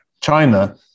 China